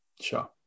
Sure